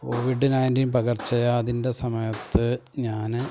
Covid nineteen പകര്ച്ചവ്യാധിന്റെ സമയത്ത് ഞാൻ